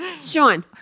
Sean